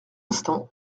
instant